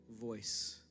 voice